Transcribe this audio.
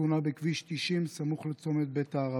בתאונה בכביש 90 סמוך לצומת בית הערבה.